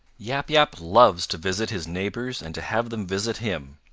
yap yap loves to visit his neighbors and to have them visit him.